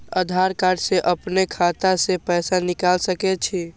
आधार कार्ड से अपनो खाता से पैसा निकाल सके छी?